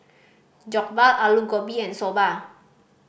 Jokbal Alu Gobi and Soba